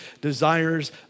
desires